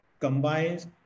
combines